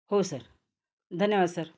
हो सर धन्यवाद सर